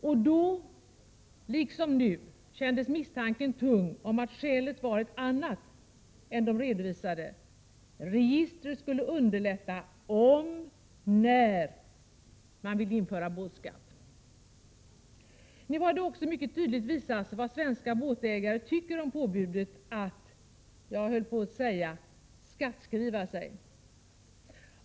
Och då, liksom nu, kändes misstanken tung om att skälet var ett annat än de redovisade; registret skulle underlätta om eller när man ville införa båtskatt. Nu har det också mycket tydligt visats vad svenska båtägare tycker om påbudet att — jag höll på att säga — skattskriva sig.